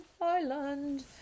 island